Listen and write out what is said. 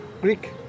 Greek